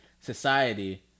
society